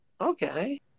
Okay